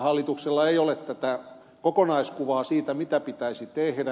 hallituksella ei ole kokonaiskuvaa siitä mitä pitäisi tehdä